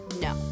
no